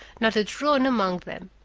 not a drone among them.